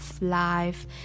life